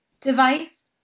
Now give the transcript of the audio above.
device